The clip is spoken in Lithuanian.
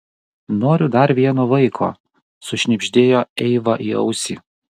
noriu dar vieno vaiko sušnibždėjo eiva į ausį